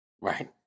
Right